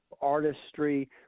artistry